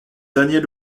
daniel